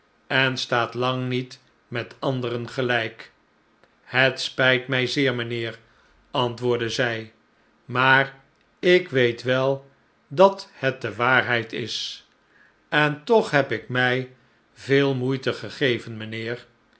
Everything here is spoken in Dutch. en staat lang niet met anderen gelijk het spijt mij zeer mijnheer antwoordde zij maar ik weet we dat het de waarheid is en toch heb ik mij veel moeite gegeven mijnheer